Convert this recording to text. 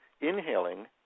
inhaling